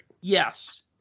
Yes